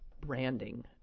branding